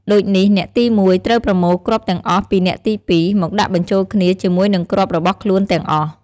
ដូចនេះ អ្នកទី១ ត្រូវប្រមូលគ្រាប់ទាំងអស់ពីអ្នកទី២ មកដាក់បញ្ចូលគ្នាជាមួយនឹងគ្រាប់របស់ខ្លួនទាំងអស់។